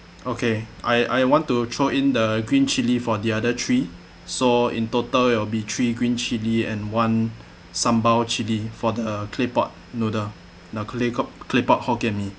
okay I I want to throw in the green chilli for the other three so in total it will be three green chilli and one sambal chilli for the claypot noodle no clayco~ claypot hokkien mee